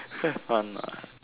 quite fun